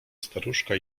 staruszka